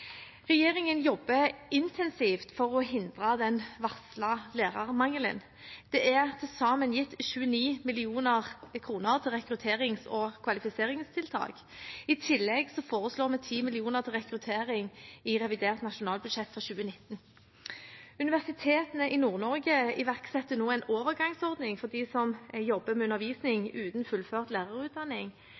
Regjeringen jobber intensivt for å hindre den varslede lærermangelen. Det er til sammen gitt 29 mill. kr til rekrutterings- og kvalifiseringstiltak. I tillegg foreslår vi 10 mill. kr til rekruttering i revidert nasjonalbudsjett for 2019. Universitetene i Nord-Norge iverksetter nå en overgangsordning for at de som jobber med undervisning uten fullført lærerutdanning,